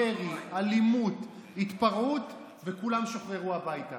ירי, אלימות, התפרעות, וכולם שוחררו הביתה.